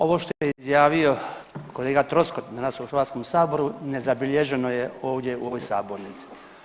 Ovo što je izjavio kolega Troskot danas u Hrvatskom saboru nezabilježeno je ovdje u ovoj sabornici.